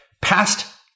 past